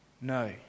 No